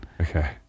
okay